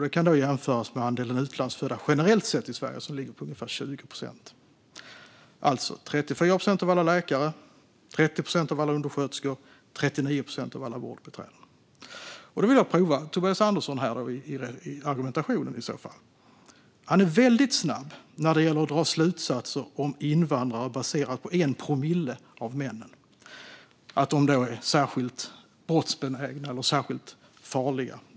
Det kan jämföras med andelen utlandsfödda generellt sett i Sverige, som ligger på ungefär 20 procent. Det handlar alltså om 34 procent av alla läkare, 30 procent av alla undersköterskor och 39 procent av alla vårdbiträden. Jag vill nu prova Tobias Anderssons argumentation. När det gäller att dra slutsatser om invandrare är han väldigt snabb att baserat på någon promille av männen dra slutsatsen att de är särskilt brottsbenägna eller särskilt farliga.